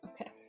Okay